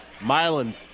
Milan